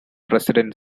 president